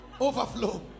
Overflow